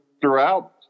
throughout